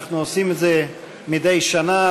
אנחנו עושים את זה מדי שנה,